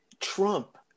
Trump